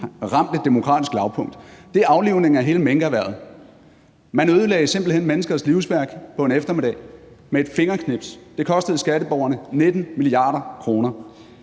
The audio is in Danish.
ramt et demokratisk lavpunkt. Det er aflivningen af hele minkerhvervet. Man ødelagde simpelt hen menneskers livsværk på en eftermiddag, med et fingerknips. Det kostede skatteborgerne 19 mia. kr.